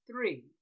three